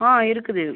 ஆ இருக்குது